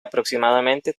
aproximadamente